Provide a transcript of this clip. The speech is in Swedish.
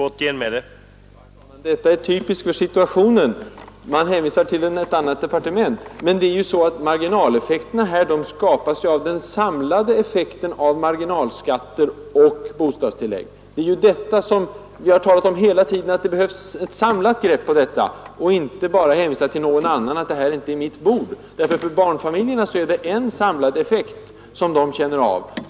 Herr talman! Det är typiskt för situationen att man hänvisar till ett annat departement. Men marginaleffekterna skapas ju av den samlade inverkan av skatter och bostadstillägg. Vi har hela tiden talat om att det behövs ett samlat grepp på skatter och bidrag. Det går inte att bara hänvisa till någon annan och säga att detta är inte mitt bord. För barnfamiljerna är det en samlad effekt som de känner av.